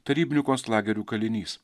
taryblikos lagerių kalinys